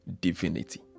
divinity